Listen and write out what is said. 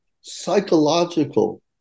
psychological